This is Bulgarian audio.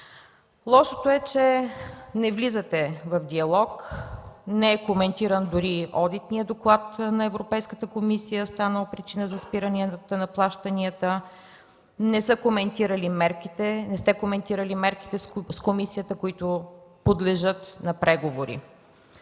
Лошото е, че не влизате в диалог – не е коментиран дори одитният доклад на Европейската комисия, станал причина за спиране на плащанията, не сте коментирали с комисията мерките, които подлежат на преговори.